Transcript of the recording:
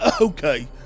Okay